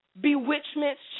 bewitchments